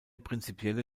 prinzipielle